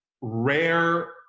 rare